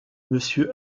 monsieur